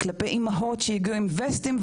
כלפי אימהות שהגיעו עם וסטים,